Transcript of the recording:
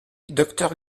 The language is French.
docteur